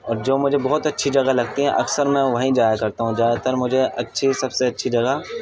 اور جو مجھے بہت اچھی جگہ لگتی ہیں اکثر میں وہی جایا کرتا ہوں زیادہ تر مجھے اچھی سب سے اچھی جگہ